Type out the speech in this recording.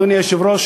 אדוני היושב-ראש,